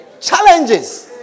Challenges